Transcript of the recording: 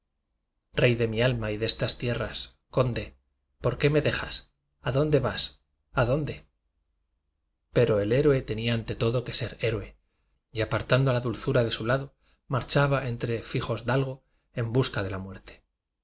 rey de mi alma y destas tierras conde por qué me dejas adonde vas adon de pero el héroe tenía ante todo que ser héroe y apartando a la dulzura de su lado marchaba entre fijosdalgo en busca de la muerte